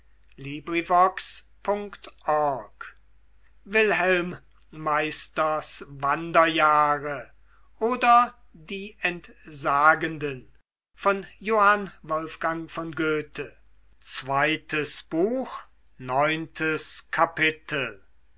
wilhelm meisters wanderjahre oder die entsagenden